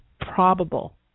probable